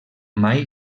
mai